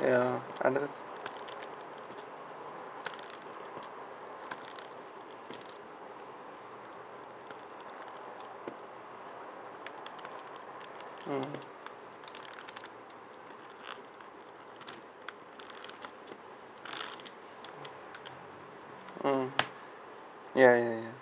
ya another mm mm ya ya ya